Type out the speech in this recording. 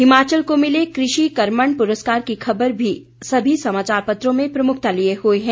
हिमाचल को मिले कृषि कर्मण पुरस्कार की खबर भी सभी समाचार पत्रों में प्रमुखता लिए हुए है